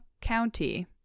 County